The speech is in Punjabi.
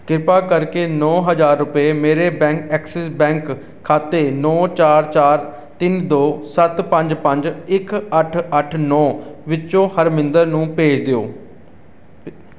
ਕਿਰਪਾ ਕਰਕੇ ਨੌ ਹਜ਼ਾਰ ਰੁਪਏ ਮੇਰੇ ਬੈਂਕ ਐਕਸਿਸ ਬੈਂਕ ਖਾਤੇ ਨੌ ਚਾਰ ਚਾਰ ਤਿੰਨ ਦੋ ਸੱਤ ਪੰਜ ਪੰਜ ਇੱਕ ਅੱਠ ਅੱਠ ਨੌ ਵਿੱਚੋਂ ਹਰਮਿੰਦਰ ਨੂੰ ਭੇਜ ਦਿਓ